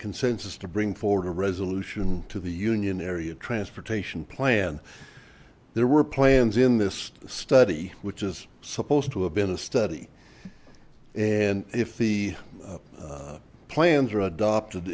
consensus to bring forward a resolution to the union area transportation plan there were plans in this study which is supposed to have been a study and if the plans are adopted